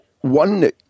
one